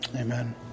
Amen